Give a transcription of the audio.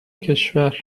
کشور